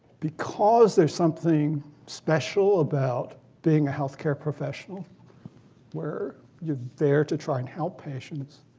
because there's something special about being a health care professional where you're there to try and help patients,